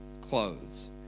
clothes